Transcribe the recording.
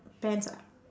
pants ah